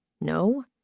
No